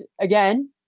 again